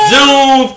June